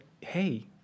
hey